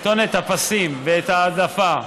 את כותונת הפסים ואת ההעדפה,